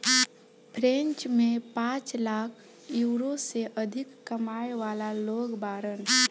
French में पांच lakh euro से अधिक कमाए वाला लोग बाड़न